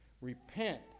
Repent